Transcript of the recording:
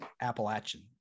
Appalachian